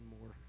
more